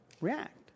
React